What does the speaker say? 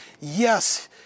Yes